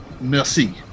Merci